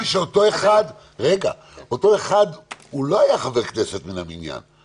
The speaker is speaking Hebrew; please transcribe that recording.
אל תשכחי שאותו אחד הוא לא היה חבר כנסת מן המניין,